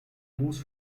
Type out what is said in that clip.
gruß